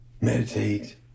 meditate